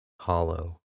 hollow